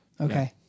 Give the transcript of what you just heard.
Okay